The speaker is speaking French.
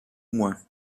moins